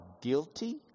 guilty